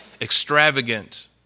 extravagant